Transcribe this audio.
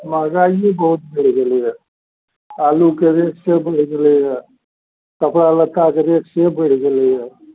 महगाइए बहुत बढ़ि गेलैए आलूके रेट से बढ़ि गेलैए कपड़ा लत्ताके रेट से बढ़ि गेलैए